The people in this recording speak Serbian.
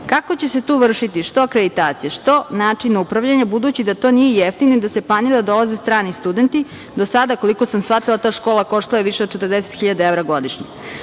kako će se tu vršiti što akreditacija, što način upravljanja, budući da to nije jeftino i da se planira da dolaze strani studenti? Do sada, koliko sam shvatila, ta škola koštala je više od 40.000 evra godišnje. Pošto